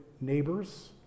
neighbors